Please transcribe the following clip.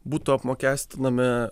būtų apmokestinami